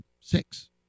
six